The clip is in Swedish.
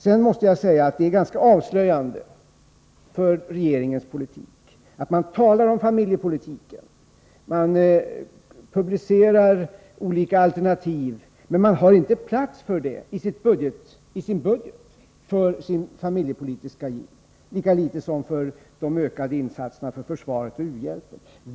Jag måste sedan säga att det är ganska avslöjande för regeringens politik att man talar om familjepolitik och publicerar olika alternativ men inte har plats för dem i sin budget — lika litet som man har plats för ökade insatser för försvaret och u-hjälpen.